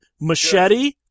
Machete